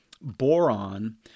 boron